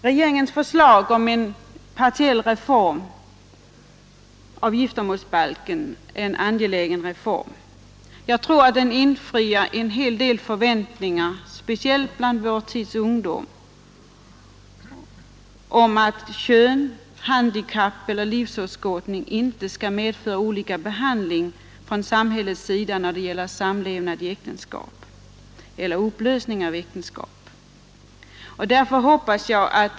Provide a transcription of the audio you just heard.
Regeringens förslag om en partiell reform av giftermålsbalken är en angelägen reform. Jag tror att den infriar en hel del förväntningar, speciellt bland vår tids ungdom, om att kön, handikapp eller livsåskådning inte skall medföra olika behandling från samhällets sida när det gäller samlevnad i äktenskap eller upplösning av äktenskap.